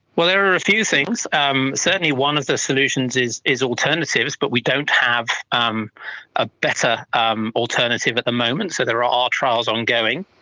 well, there are a few things. um certainly one of the solutions is is alternatives but we don't have um a better um alternative at the moment, so there are ah trials ongoing.